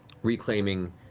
reclaiming